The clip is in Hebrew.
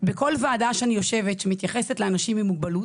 בכל וועדה שאני יושבת שמתייחסת לאנשים עם מוגבלות